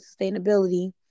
sustainability